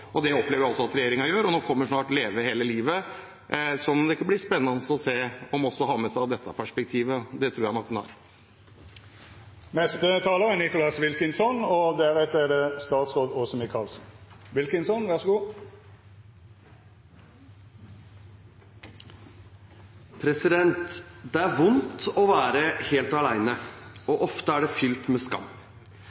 og det opplever jeg at regjeringen gjør. Nå kommer snart Leve hele livet, som det skal bli spennende å se om også har med seg dette perspektivet. Det tror jeg nok den har. Det er vondt å være helt alene, og ofte er det